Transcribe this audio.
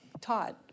Todd